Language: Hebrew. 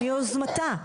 ביוזמתה,